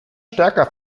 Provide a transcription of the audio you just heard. stärker